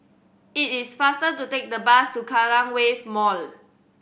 it is faster to take the bus to Kallang Wave Mall